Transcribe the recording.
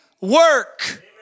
work